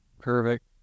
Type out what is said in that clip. Perfect